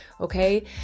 Okay